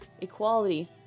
equality